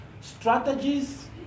strategies